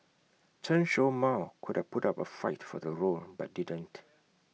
Chen show Mao could have put up A fight for the role but didn't